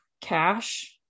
cash